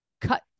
Cut